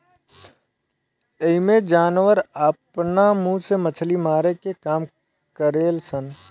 एइमें जानवर आपना मुंह से मछली मारे के काम करेल सन